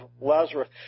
Lazarus